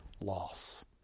loss